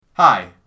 Hi